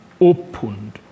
opened